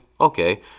Okay